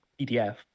PDF